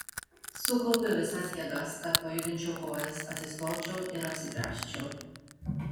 sukaupiu visas jėgas kad pajudinčiau kojas atsistočiau ir apsigręžčiau